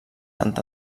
sant